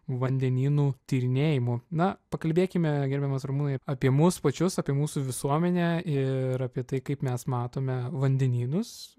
vandenynų tyrinėjimu na pakalbėkime gerbiamas ramūnai ap apie mus pačius apie mūsų visuomenę ir apie tai kaip mes matome vandenynus